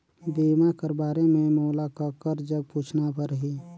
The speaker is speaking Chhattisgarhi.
बीमा कर बारे मे मोला ककर जग पूछना परही?